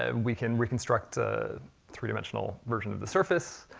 ah we can reconstruct three-dimensional version of the surface.